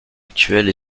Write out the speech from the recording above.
actuelle